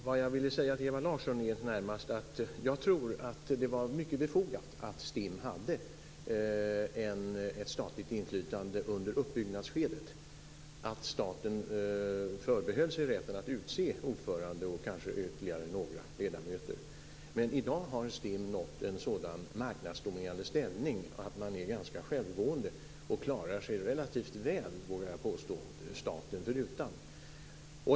Vad jag ville säga till Ewa Larsson var närmast att jag tror att det var mycket befogat att STIM hade ett statligt inflytande under uppbyggnadsskedet, att staten förbehöll sig rätten att utse ordförande och kanske ytterligare några ledamöter. Men i dag har STIM nått en sådan marknadsdominerande ställning att man är ganska självgående och klarar sig relativt väl, vågar jag påstå, staten förutan.